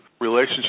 relationship